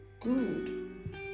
good